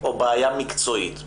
או בעיה מקצועית?